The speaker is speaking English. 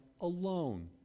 alone